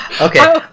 okay